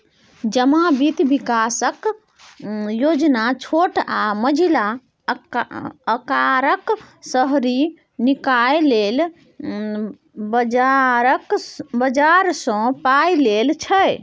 जमा बित्त बिकासक योजना छोट आ मँझिला अकारक शहरी निकाय लेल बजारसँ पाइ लेल छै